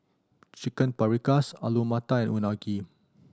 Chicken Paprikas Alu Matar and Unagi